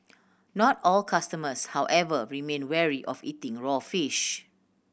not all customers however remain wary of eating raw fish